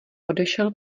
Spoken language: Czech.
odešel